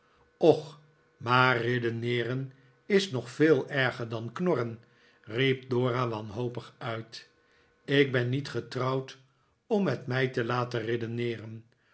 och maar redeneeren is nog veel erger dan knorren riep dora wanhopig uit ik ben niet getrouwd om met mij te laten redeneeren